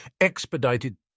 expedited